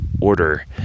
order